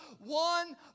one